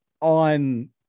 on